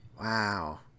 Wow